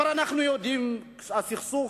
אבל אנחנו יודעים שסכסוך